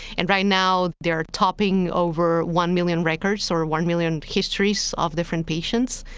and right now, they're topping over one million records or one million histories of different patients.